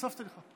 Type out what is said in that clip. הוספתי לך.